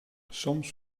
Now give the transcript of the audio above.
soms